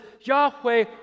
Yahweh